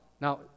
Now